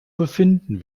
befinden